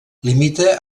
limita